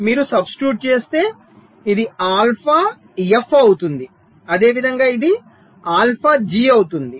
మీరు సబ్స్టిట్యూట్ చేస్తే ఇది ఆల్ఫా F అవుతుంది అదేవిధంగా ఇది ఆల్ఫా జి అవుతుంది